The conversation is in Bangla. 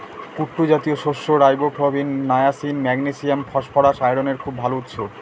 কুট্টু জাতীয় শস্য রাইবোফ্লাভিন, নায়াসিন, ম্যাগনেসিয়াম, ফসফরাস, আয়রনের খুব ভাল উৎস